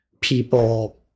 People